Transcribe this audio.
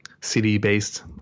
CD-based